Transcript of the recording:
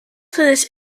this